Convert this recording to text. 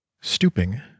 Stooping